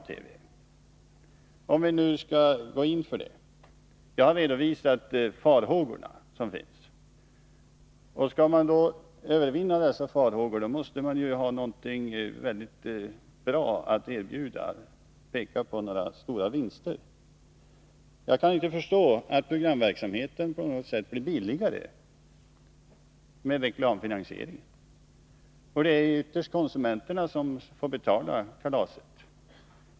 — 25 mars 1982 Jag har redovisat de farhågor som finns. Skall vi övervinna dessa farhågor måste man ha någonting bra att erbjuda, dvs. kunna peka på några stora vinster. Jag kan inte förstå att programverksamheten på något sätt blir billigare med reklamfinansiering, och det är ytterst konsumenterna som får betala kalaset.